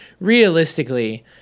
realistically